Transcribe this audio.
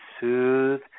soothe